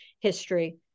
history